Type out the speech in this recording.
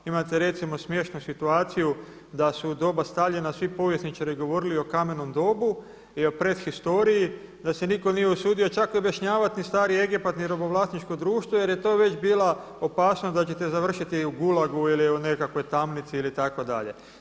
Imate recimo smiješnu situaciju da su u doba Staljina svi povjesničari govorili o kamenom dobu i o pred historiji, da se nitko nije usudio čak objašnjavati ni stari Egipat ni robovlasničko društvo jer je to već bila opasnost da ćete završiti u gulagu ili u nekakvoj tamnici ili tako dalje.